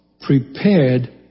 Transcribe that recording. prepared